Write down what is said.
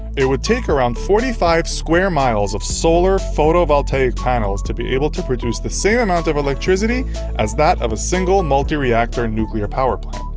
it would take around forty five square miles of solar photovoltaic panels to be able to produce the same amount of electricity as that of a single, multi-reactor nuclear power plant.